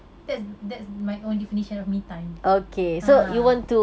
that's that's my own definition of me time ah